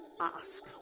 ask